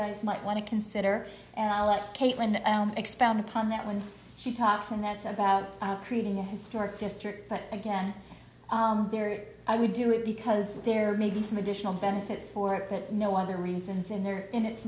guys might want to consider and i'll let caitlin expound upon that when she talks and that's about creating a historic district but again i would do it because there may be some additional benefits for it but no other reasons in there and it's